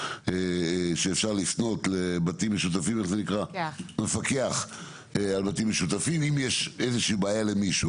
אפשר לפנות למפקח על בתים משותפים אם יש איזושהי בעיה למישהו.